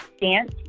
dance